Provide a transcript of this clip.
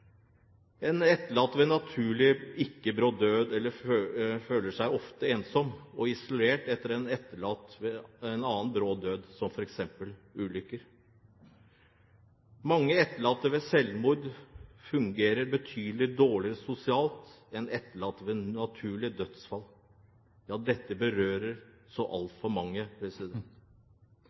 føler seg oftere mer ensomme og isolerte enn etterlatte etter annen brå død, f.eks. ved ulykker. Mange etterlatte etter selvmord fungerer betydelig dårligere sosialt enn etterlatte etter naturlige dødsfall. Ja, dette berører så altfor mange.